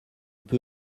peu